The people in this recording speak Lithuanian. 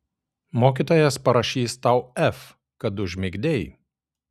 mokytojas parašys tau f kad užmigdei